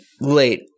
late